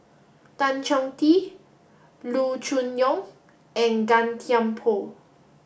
Tan Chong Tee Loo Choon Yong and Gan Thiam Poh